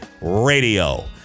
Radio